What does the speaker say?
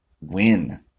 win